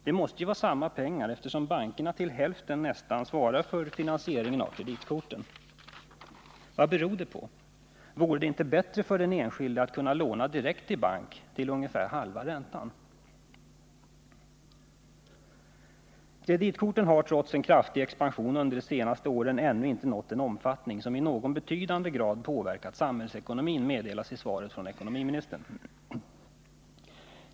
Det måste ju vara samma pengar eftersom bankerna Nr 48 nästan till hälften svarar för finansieringen av kreditkorten. Vad beror det på? Vore det inte bättre för den enskilde att kunna låna direkt i bank till ungefär halva räntan? ”Kreditkorten har trots en under de senaste åren mycket kraftig expansion ännu inte nått en omfattning som i någon betydande grad påverkat samhällsekonomin”, meddelas i svaret från ekonomiministern.